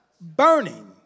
burning